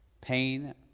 pain